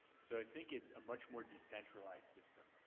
so, i think it's a much more decentralized system.